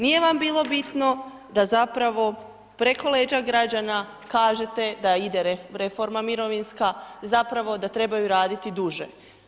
Nije vam bilo bitno, da zapravo preko leđa građana kažete da ide reforma mirovinska i da zapravo trebaju raditi duže.